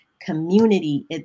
community